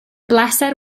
bleser